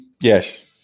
Yes